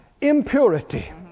impurity